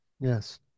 yes